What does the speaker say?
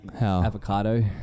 avocado